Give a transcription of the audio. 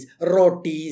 rotis